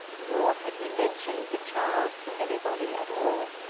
nor had he mentioned the child to anybody at all.